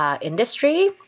industry